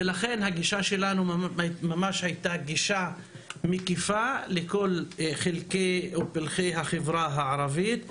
לכן הגישה שלנו הייתה גישה מקיפה לכל חלקי או פלחי החברה הערבית,